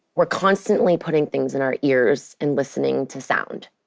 we're constantly putting things in our ears and listening to sound.